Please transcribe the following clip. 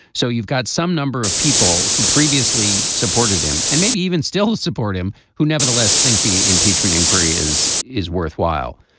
so you've got some number of people who previously supported him and maybe even still support him who nevertheless think the impeachment inquiry is is worthwhile.